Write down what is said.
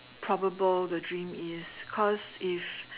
probable the dream is cause if